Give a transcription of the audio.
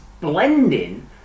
blending